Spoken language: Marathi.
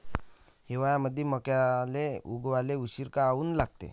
हिवाळ्यामंदी मक्याले उगवाले उशीर काऊन लागते?